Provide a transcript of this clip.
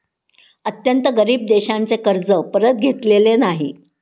अत्यंत गरीब देशांचे कर्ज परत घेतलेले नाही